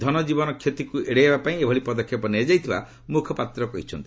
ଧନଜୀବନ କ୍ଷତିକୁ ଏଡେଇବା ପାଇଁ ଏଭଳି ପଦକ୍ଷେପ ନିଆଯାଇଥିବା ମ୍ରଖପାତ୍ର କହିଛନ୍ତି